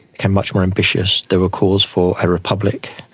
became much more ambitious. there were calls for a republic,